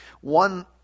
One